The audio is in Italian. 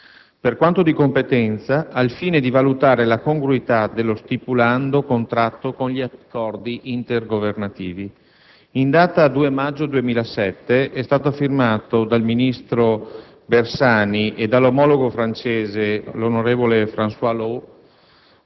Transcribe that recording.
per quanto di sua competenza, al fine di valutare la congruità dello stipulando contratto con gli accordi intergovernativi. In data 2 maggio 2007, è stato firmato dal ministro Bersani e dall'omologo francese onorevole Francois Loos